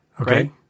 Okay